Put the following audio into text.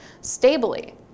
stably